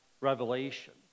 revelation